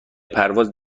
پرواز